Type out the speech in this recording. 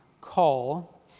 call